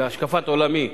בהשקפת עולמי,